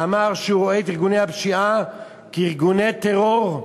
אמר שהוא רואה את ארגוני הפשיעה כארגוני טרור,